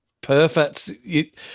perfect